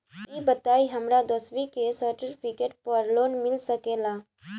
ई बताई हमरा दसवीं के सेर्टफिकेट पर लोन मिल सकेला?